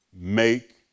make